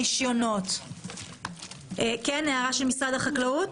פרק ב' רישיונות המטופלים, שפרק ד'